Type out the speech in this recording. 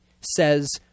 says